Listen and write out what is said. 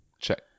check